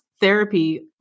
therapy